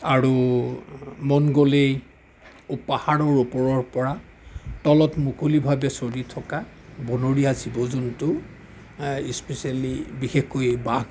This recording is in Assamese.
আৰু মন গ'লেই ও পাহাৰৰ ওপৰৰ পৰা তলত মুকলিভাৱে চৰি থকা বনৰীয়া জীৱ জন্তু স্পেছিয়েলী বিশেষকৈ বাঘ